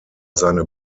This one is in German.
seine